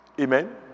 Amen